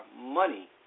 money